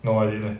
no I didn't